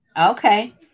Okay